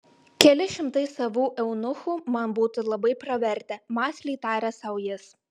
keli šimtai savų eunuchų man būtų labai pravertę mąsliai tarė sau jis